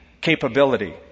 capability